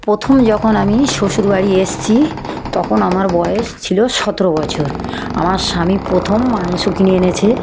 প্রথম যখন আমি শ্বশুরবাড়ি এসেছি তখন আমার বয়স ছিল সতেরো বছর আমার স্বামী প্রথম মাংস কিনে এনেছে